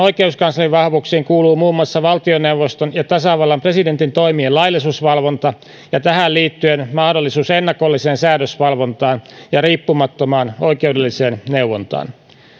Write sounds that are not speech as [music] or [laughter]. [unintelligible] oikeuskanslerin vahvuuksiin kuuluu muun muassa valtioneuvoston ja tasavallan presidentin toimien laillisuusvalvonta ja tähän liittyen mahdollisuus ennakolliseen säädösvalvontaan ja riippumattomaan oikeudelliseen neuvontaan